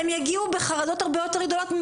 הם יגיעו בחרדות יותר גדולות,